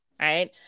Right